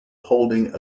holding